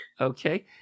Okay